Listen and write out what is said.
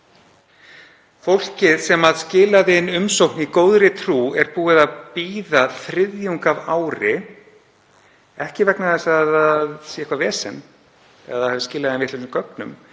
Fólkið sem skilaði inn umsókn í góðri trú er búið að bíða þriðjung af ári, ekki vegna þess að það sé eitthvert vesen eða það hafi skilað inn vitlausum gögnum